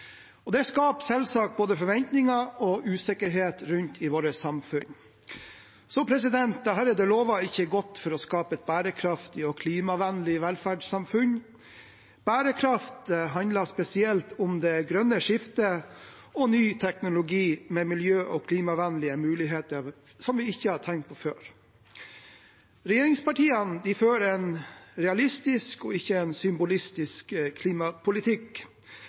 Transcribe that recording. finansiert. Det skaper selvsagt både forventninger og usikkerhet rundt omkring i vårt samfunn. Dette lover ikke godt for å skape et bærekraftig og klimavennlig velferdssamfunn. Bærekraft handler spesielt om det grønne skiftet og ny teknologi med miljø- og klimavennlige muligheter vi ikke har tenkt på før. Regjeringspartiene fører en realistisk og ikke en symbolistisk klimapolitikk.